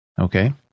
Okay